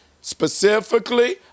specifically